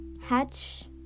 hatch